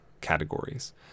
categories